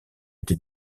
été